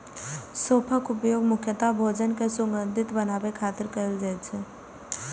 सौंफक उपयोग मुख्यतः भोजन कें सुगंधित बनाबै खातिर कैल जाइ छै